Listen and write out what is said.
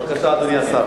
בבקשה, אדוני השר.